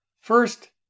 First